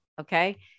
okay